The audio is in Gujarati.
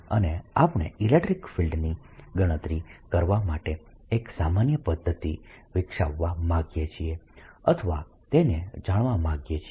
અને આપણે ઇલેક્ટ્રીક ફિલ્ડની ગણતરી કરવા માટે એક સામાન્ય પદ્ધતિ વિકસાવવા માંગીએ છીએ અથવા તેને જાણવા માંગીએ છીએ